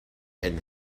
and